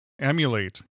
emulate